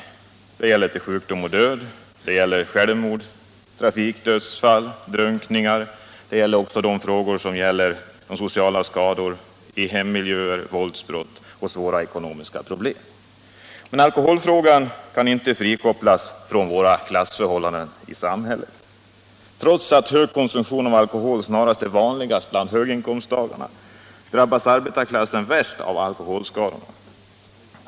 Alkoholen bidrar till sjukdom och död, till självmord, trafikdödsfall och drunkningar. Alkohol är också en väsentlig bidragande orsak till sociala skador i form av störda hemmiljöer, våldsbrott och svåra ekonomiska problem. Men alkoholfrågan kan inte frikopplas från klassförhållandena i samhället. Trots att hög konsumtion av alkohol snarast är vanligast bland höginkomsttagare drabbas arbetarklassen värst av alkoholskadorna.